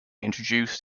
introduced